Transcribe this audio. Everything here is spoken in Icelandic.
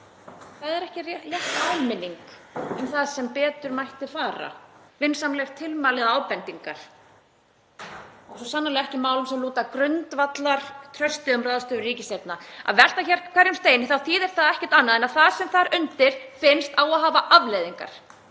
Það er ekki létt áminning um það sem betur mætti fara, vinsamleg tilmæli eða ábendingar og svo sannarlega ekki í málum sem lúta að grundvallartrausti um ráðstöfun ríkiseigna. Að velta við hverjum steini þýðir ekkert annað en að það sem undir finnst á að hafa afleiðingar.